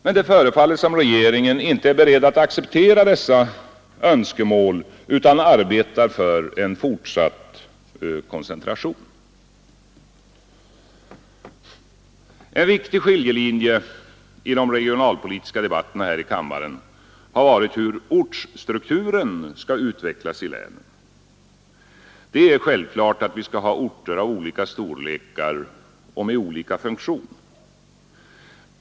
Men det förefaller som om regeringen inte är beredd att acceptera dessa önskemål utan arbetar för en fortsatt koncentration. En viktig skiljelinje i de regionalpolitiska debatterna här i kammaren har varit hur strukturen skall utvecklas i länen. Det är självklart att vi skall ha orter av olika storlekar och med olika funktion.